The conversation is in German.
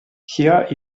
hier